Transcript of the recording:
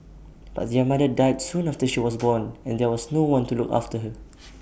but their mother died soon after she was born and there was no one to look after her